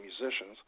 musicians